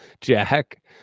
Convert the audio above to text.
Jack